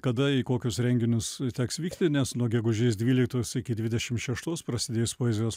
kada į kokius renginius teks vykti nes nuo gegužės dvyliktos iki dvidešim šeštos prasidės poezijos